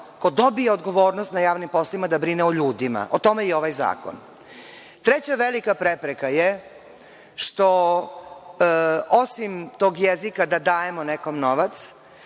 ko dobije odgovornost na javnim poslovima da brine o ljudima. O tome je ovaj zakon. Treća velika prepreka je što, osim tog jezika da dajemo nekome novac,